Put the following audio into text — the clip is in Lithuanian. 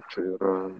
čia ir